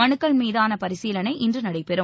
மனுக்கள் மீதான பரிசீலனை இன்று நடைபெறும்